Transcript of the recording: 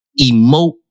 emote